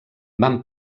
van